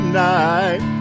night